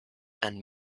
and